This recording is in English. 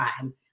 time